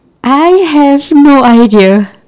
I have no idea